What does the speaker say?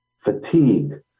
fatigue